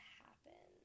happen